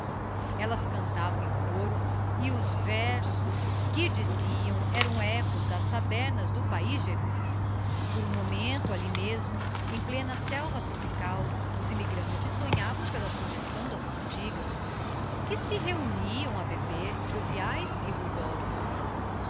elias cantavam qrii coro e os versos que diziam eram echos das tabernas do paiz germânico e por um momento alli mesmo em plena selva tropical osimmigrantes sonhavam pela suggestão das cantigas que se reuniam a beber joviaes e ruidosos